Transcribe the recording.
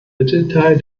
mittelteil